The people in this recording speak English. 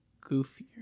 Goofier